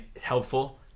helpful